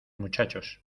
muchachos